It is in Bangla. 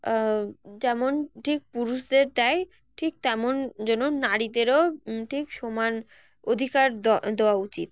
যেমন ঠিক পুরুষদের দেয় ঠিক তেমন যেন নারীদেরও ঠিক স মান অধিকার দেওয়া উচিত